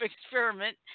experiment